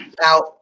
Now